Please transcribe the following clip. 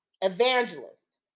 evangelist